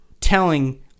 telling